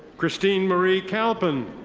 christine marie kalpan.